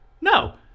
No